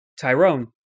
Tyrone